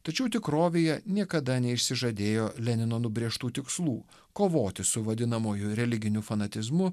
tačiau tikrovėje niekada neišsižadėjo lenino nubrėžtų tikslų kovoti su vadinamuoju religiniu fanatizmu